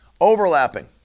overlapping